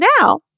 now